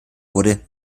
wurde